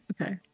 okay